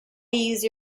use